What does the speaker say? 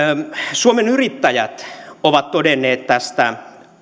suomen yrittäjät on todennut tästä